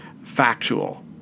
factual